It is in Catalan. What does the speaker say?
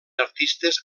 artistes